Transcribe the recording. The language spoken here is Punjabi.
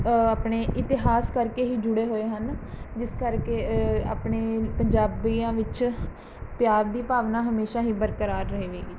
ਆਪਣੇ ਇਤਿਹਾਸ ਕਰਕੇ ਹੀ ਜੁੜੇ ਹੋਏ ਹਨ ਜਿਸ ਕਰਕੇ ਆਪਣੇ ਪੰਜਾਬੀਆਂ ਵਿੱਚ ਪਿਆਰ ਦੀ ਭਾਵਨਾ ਹਮੇਸ਼ਾ ਹੀ ਬਰਕਰਾਰ ਰਹੇਵੇਗੀ